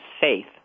faith